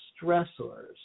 stressors